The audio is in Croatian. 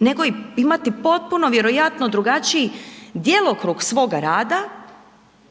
nego imati i potpuno vjerojatno drugačiji djelokrug svog rada